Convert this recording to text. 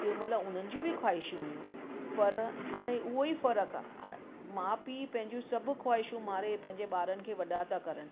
तंहिं महिल हुननि जूं बि ख़्वाहिशूं हुयूं पर हाणे उहो ई फ़र्क़ु आहे माउ पीउ पंहिंजूं सभ ख़्वाहिशूं मारे पंहिंजे ॿारनि खे वॾा था करनि